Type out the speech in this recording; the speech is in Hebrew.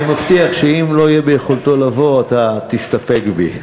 אני מבטיח שאם לא יהיה ביכולתו לבוא, תסתפק בי.